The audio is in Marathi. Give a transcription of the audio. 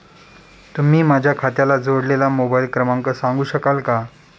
तुम्ही माझ्या खात्याला जोडलेला मोबाइल क्रमांक सांगू शकाल का?